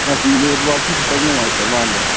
ꯉꯁꯤ ꯅꯦꯠꯋꯥꯛꯁꯦ ꯈꯤꯇꯪ ꯅꯨꯡꯉꯥꯏꯇ ꯃꯥꯜꯂꯦ